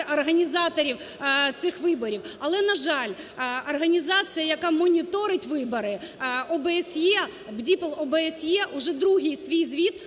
організаторів цих виборів. Але, на жаль, організація, яка моніторить вибори, ОБСЄ, БДІПЛ/ОБСЄ уже другий свій звіт